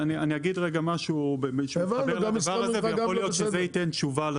אני אגיד רגע משהו קשור לדבר הזה ויכול להיות שזה ייתן תשובה: